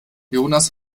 jonas